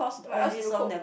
what else do you cook